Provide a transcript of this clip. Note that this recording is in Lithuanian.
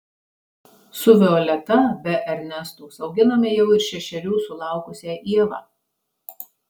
su violeta be ernestos auginame jau ir šešerių sulaukusią ievą